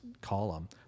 column